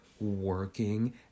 working